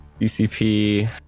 DCP